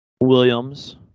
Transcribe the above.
Williams